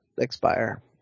expire